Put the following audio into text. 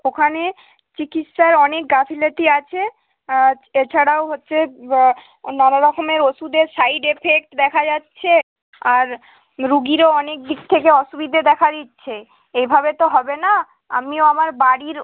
ওখানে চিকিৎসার অনেক গাফিলতি আছে এছাড়াও হচ্ছে নানা রকমের ওষুধের সাইড এফেক্ট দেখা যাচ্ছে আর রুগীরও অনেক দিক থেকে অসুবিধে দেখা দিচ্ছে এইভাবে তো হবে না আমিও আমার বাড়ির